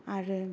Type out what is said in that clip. आरो